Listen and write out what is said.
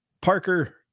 Parker